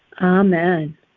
Amen